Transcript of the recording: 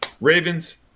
Ravens